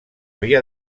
havia